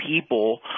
people